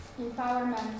empowerment